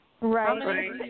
Right